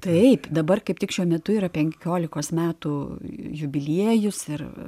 taip dabar kaip tik šiuo metu yra penkiolikos metų jubiliejus ir